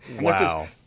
wow